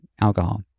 alcohol